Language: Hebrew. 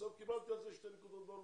בסוף קיבלתי על זה שתי נקודות באוניברסיטה.